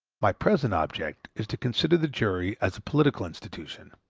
my present object is to consider the jury as a political institution,